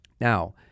Now